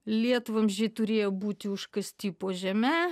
lietvamzdžiai turėjo būti užkasti po žeme